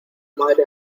madre